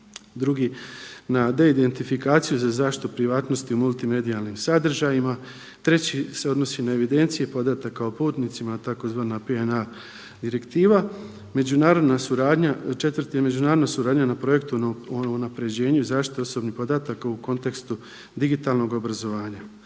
Drugi na d-identifikaciju za zaštitu privatnosti u multimedijalnim sadržajima. Treći se odnosi na evidencije podataka o putnicima tzv. PNA direktiva. Međunarodna suradnja četvrta je međunarodna suradnja na projektu o unapređenju zaštite osobnih podataka u kontekstu digitalnog obrazovanja.